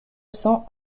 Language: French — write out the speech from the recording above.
cents